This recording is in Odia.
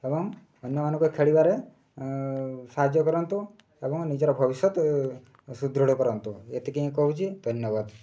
ଏବଂ ଅନ୍ୟମାନଙ୍କୁ ଖେଳିବାରେ ସାହାଯ୍ୟ କରନ୍ତୁ ଏବଂ ନିଜର ଭବିଷ୍ୟତ ସୁଦୃଢ଼ କରନ୍ତୁ ଏତିକି ହିଁ କହୁଛି ଧନ୍ୟବାଦ